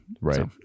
right